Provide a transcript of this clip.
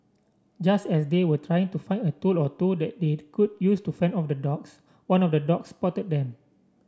just as they were trying to find a tool or two that they could use to fend off the dogs one of the dogs spotted them